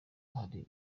hari